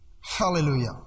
Hallelujah